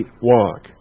walk